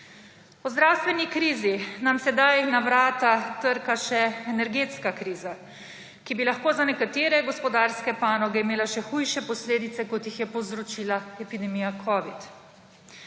Ob zdravstveni krizi nam sedaj na vrata trka še energetska kriza, ki bi lahko za nekatere gospodarske panoge imela še hujše posledice, kot jih je povzročila epidemija